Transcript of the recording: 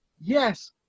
yes